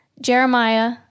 Jeremiah